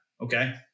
Okay